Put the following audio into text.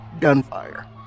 Gunfire